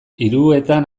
hiruetan